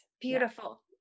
beautiful